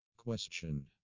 question